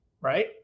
right